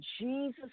Jesus